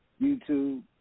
YouTube